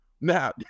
Now